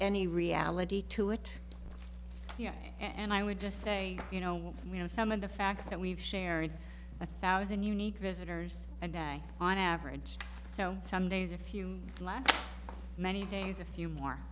ny reality to it and i would just say you know what you know some of the facts that we've shared a thousand unique visitors a day on average some days a few last many days a few more